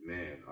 Man